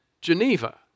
Geneva